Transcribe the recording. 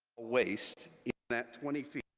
waste in that twenty feet,